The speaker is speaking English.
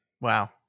Wow